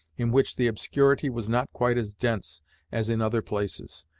in which the obscurity was not quite as dense as in other places,